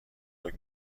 گمرگ